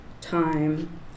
time